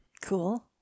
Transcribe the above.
Cool